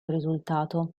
risultato